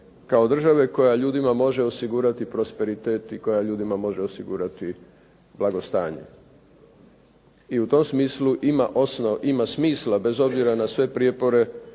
kao države koja ljudima može osigurati prosperitet i koja ljudima može osigurati blagostanje. I u tom smislu ima smisla bez obzira na sve prijepore